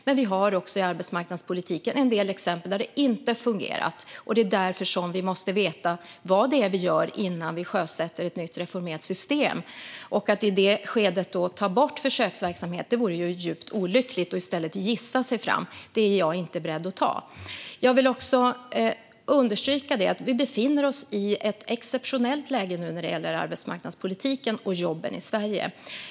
Men vi har också i arbetsmarknadspolitiken en del exempel där det inte fungerat. Det är därför som vi måste veta vad det är vi gör innan vi sjösätter ett nytt, reformerat system. Att i det skedet ta bort försöksverksamhet vore djupt olyckligt. Det vore att i stället gissa sig fram, och det är inte jag beredd att göra. Jag vill understryka att vi nu befinner oss i ett exceptionellt läge när det gäller arbetsmarknadspolitiken och jobben i Sverige.